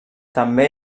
també